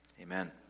Amen